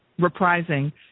reprising